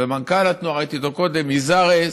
ומנכ"ל התנועה, ראיתי אותו קודם, יזהר הס.